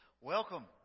Welcome